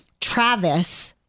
Travis